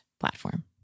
platform